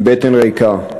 עם בטן ריקה.